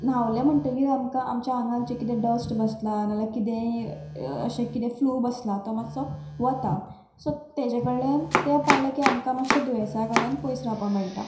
न्हावले म्हणटगीर आमकां आमच्या आंगान जे किदें डस्ट बसला नाल्यार किदेंय किदेंय असो फ्लू बसला तो मातसो वता सो ताजे कडल्यान ते पाळ्ळे की आमकां मातशे दुयेंसा कडल्यान पयस रावपा मेळटा